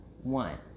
one